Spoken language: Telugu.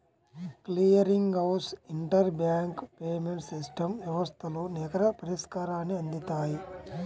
clearing house interbank payments system వ్యవస్థలు నికర పరిష్కారాన్ని అందిత్తాయి